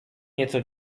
nieco